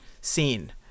scene